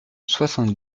soixante